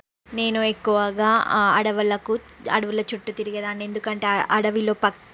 నేను ఎక్కువగా అడవులకు అడవుల చుట్టూ తిరిగే దాన్ని ఎందుకంటే అడవిలో